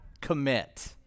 commit